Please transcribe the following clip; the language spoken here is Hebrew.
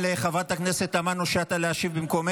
חבר הכנסת סעדה, נא לעזוב.